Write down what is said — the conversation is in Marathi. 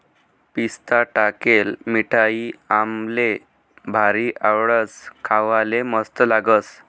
पिस्ता टाकेल मिठाई आम्हले भारी आवडस, खावाले मस्त लागस